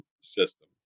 system